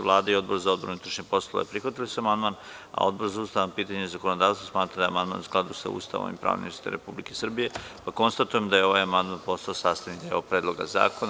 Vlada i Odbor za unutrašnje poslove prihvatili su amandman, a Odbor za ustavna pitanja i zakonodavstvo smatra da je amandman u skladu sa Ustavom i pravnim sistemom Republike Srbije, pa konstatujem da je ovaj amandman postao sastavni deo Predloga zakona.